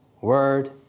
word